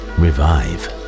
revive